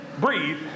breathe